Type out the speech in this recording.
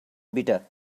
bitter